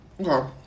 Okay